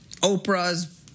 Oprah's